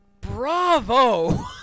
bravo